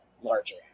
larger